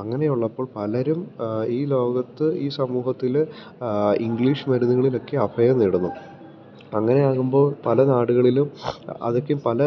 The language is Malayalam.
അങ്ങനെയുള്ളപ്പോൾ പലരും ഈ ലോകത്ത് ഈ സമൂഹത്തില് ഇംഗ്ലീഷ് മരുന്നുകളിലൊക്കെ അഭയം തേടുന്നു അങ്ങനെയാകുമ്പോള് പല നാടുകളിലും അതൊക്കെ പല